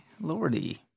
Lordy